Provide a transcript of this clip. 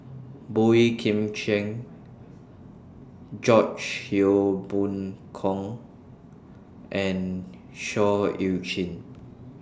Boey Kim Cheng George Yeo Yong Boon and Seah EU Chin